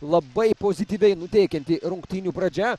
labai pozityviai nuteikianti rungtynių pradžia